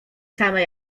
same